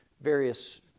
various